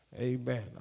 Amen